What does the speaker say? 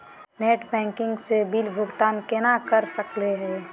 Net banking स bill भुगतान केना कर सकली हे?